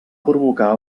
provocar